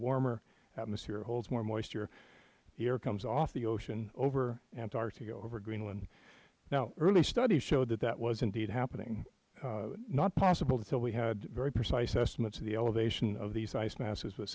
warmer atmosphere holds more moisture the air comes off the ocean over antarctica over greenland now early studies showed that that was indeed happening not possible until we had very precise estimates of the elevation of these ice masses with